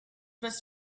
was